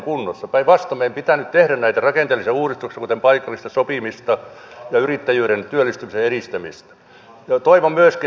päinvastoin meidän pitää nyt tehdä näitä rakenteellisia uudistuksia kuten paikallista sopimista ja yrittäjyyden ja työllistymisen edistämistä